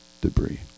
debris